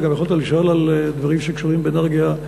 יכולת גם לשאול על דברים שקשורים באנרגיה,